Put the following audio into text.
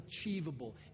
achievable